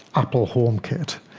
apple homekit,